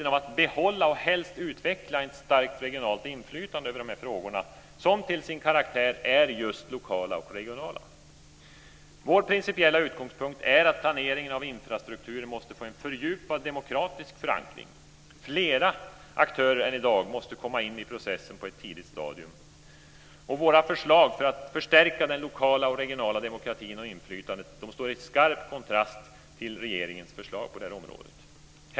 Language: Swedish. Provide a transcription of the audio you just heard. Vår principiella utgångspunkt är att planeringen av infrastrukturen måste få en fördjupad demokratisk förankring. Fler aktörer än i dag måste komma in i processen på ett tidigt stadium. Våra förslag för att förstärka den lokala och regionala demokratin och inflytandet står i skarp kontrast till regeringens förslag på det här området.